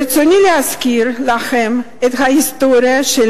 ברצוני להזכיר לכם את ההיסטוריה של